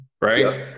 right